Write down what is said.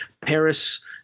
Paris